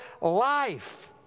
life